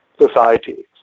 societies